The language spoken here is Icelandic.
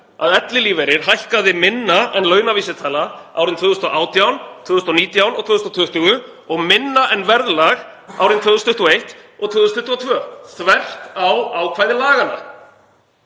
að ellilífeyrir hækkaði minna en launavísitala árin 2018, 2019 og 2020 og minna en verðlag árin 2021 og 2022 þvert á ákvæði laganna.